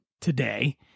today